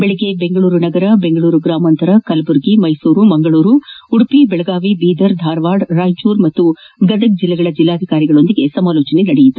ಬೆಳಗ್ಗೆ ಬೆಂಗಳೂರು ನಗರ ಬೆಂಗಳೂರು ಗ್ರಾಮಾಂತರ ಕಲಬುರಗಿ ಮೈಸೂರು ಮಂಗಳೂರು ಉಡುಪಿ ಬೆಳಗಾವಿ ಬೀದರ್ ಧಾರವಾಡ ರಾಯಚೂರು ಹಾಗೂ ಗದಗ ಜಿಲ್ಲೆಗಳ ಜಿಲ್ಲಾಧಿಕಾರಿಗಳೊಂದಿಗೆ ಸಮಾಲೋಚನೆ ನಡೆಸಿದರು